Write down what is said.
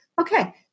okay